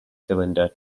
cylinder